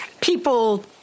people